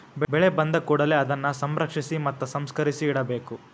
ಬೆಳೆ ಬಂದಕೂಡಲೆ ಅದನ್ನಾ ಸಂರಕ್ಷಿಸಿ ಮತ್ತ ಸಂಸ್ಕರಿಸಿ ಇಡಬೇಕು